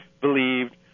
believed